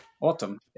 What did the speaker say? autumn